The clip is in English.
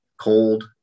cold